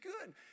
good